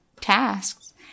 tasks